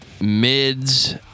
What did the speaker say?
mids